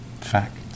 fact